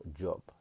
job